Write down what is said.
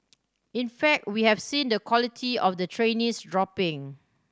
in fact we have seen the quality of the trainees dropping